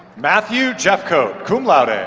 matthew jeffcoat, cum laude. ah